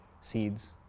seeds